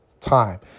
time